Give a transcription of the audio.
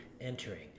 Entering